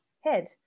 head